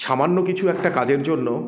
সামান্য কিছু একটা কাজের জন্য